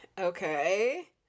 Okay